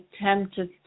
attempted